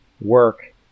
work